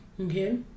Okay